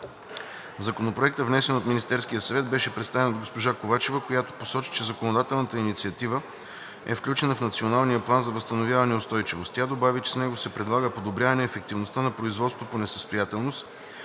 Законопроектът, внесен от Министерския съвет, беше представен от госпожа Ковачева, която посочи, че законодателната инициатива е включена в Националния план за възстановяване и устойчивост. Тя добави, че с него се предлага подобряване ефективността на производството по несъстоятелност,